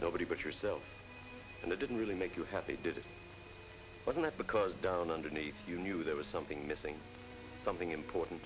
nobody but yourself and they didn't really make you happy did it wasn't because down underneath you knew there was something missing something important